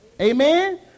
Amen